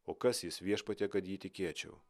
o kas jis viešpatie kad jį tikėčiau